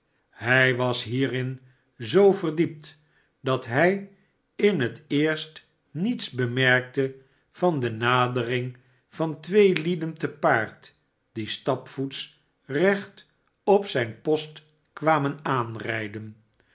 hij was hierin zoo verdiept dat hij in het eerst niets bemerkte van de nadering van twee lieden te paard die stapvoets recht op zijn post kwamen aanrijden